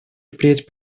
впредь